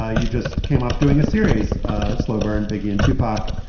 ah you just came off doing a series slow burn big in tupac.